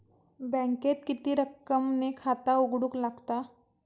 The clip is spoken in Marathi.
बँकेत किती रक्कम ने खाता उघडूक लागता?